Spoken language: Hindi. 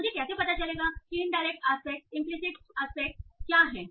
मुझे कैसे पता चलेगा कि इनडायरेक्ट आस्पेक्ट इंपलीसिट आस्पेक्ट क्या हैं